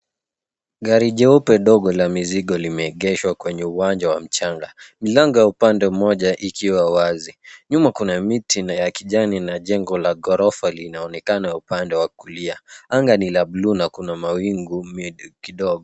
Gari jeupe dogo la mizigo limeegeshwa kwenye uwanja wa mchanga. Milango ya upande moja ikiwa wazi. Nyuma kuna miti na ya kijani na jengo la ghorofa linaonekana upande wa kulia. Anga ni la buluu na kuna mawingu kidigo.